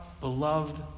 beloved